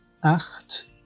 acht